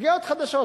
שגיאות חדשות.